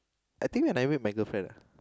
I think when I meet my girlfriend lah